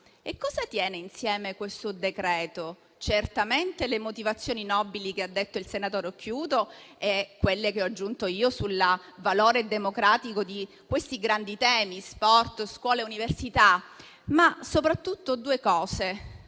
E cosa tiene insieme questo decreto-legge? Certamente le motivazioni nobili che ha detto il senatore Occhiuto e quelle che ho aggiunto io sul valore democratico di grandi temi quali sport, scuola e università, ma soprattutto due